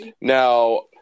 now